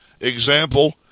Example